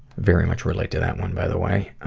very much relate to that one by the way.